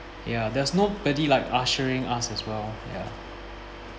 ya there's nobody like ushering us as well ya